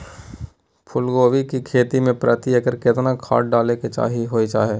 फूलकोबी की खेती मे प्रति एकर केतना खाद डालय के होय हय?